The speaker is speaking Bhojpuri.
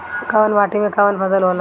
कवन माटी में कवन फसल हो ला?